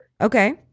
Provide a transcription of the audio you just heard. Okay